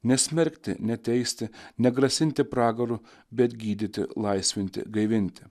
nesmerkti neteisti negrasinti pragaru bet gydyti laisvinti gaivinti